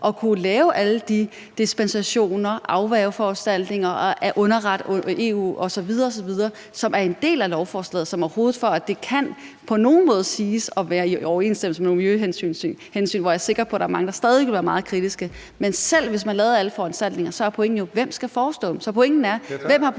at kunne lave alle de dispensationer og afværgeforanstaltninger og underrette EU osv. osv., hvilket er en del af lovforslaget, i forhold til at det overhovedet på nogen måde kan siges at være i overenstemmelse med nogen miljøhensyn, hvor jeg er sikker på der stadig væk er mange, der vil være meget kritiske. Men selv hvis man lavede alle foranstaltninger, er pointen jo, hvem der skal forestå de ting. Så spørgsmålet er, hvem der politisk